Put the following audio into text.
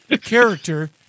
character